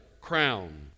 crown